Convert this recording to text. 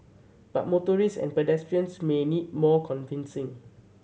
but motorist and pedestrians may need more convincing